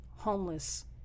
homeless